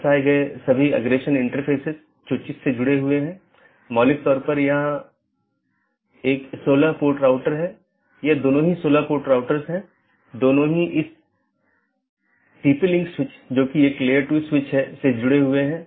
पथ को पथ की विशेषताओं के रूप में रिपोर्ट किया जाता है और इस जानकारी को अपडेट द्वारा विज्ञापित किया जाता है